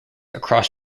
across